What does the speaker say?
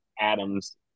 Adams